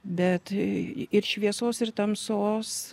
bet ir šviesos ir tamsos